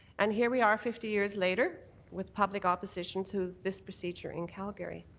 and here we are fifty years later with public opposition to this procedure in calgary.